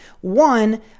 One